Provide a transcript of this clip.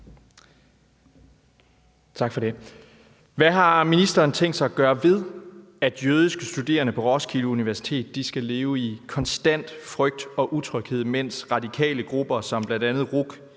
Bjørn (DF): Hvad har ministeren tænkt sig at gøre ved, at jødiske studerende på Roskilde Universitet skal leve i konstant frygt og utryghed, mens radikale grupper som RUC